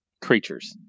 creatures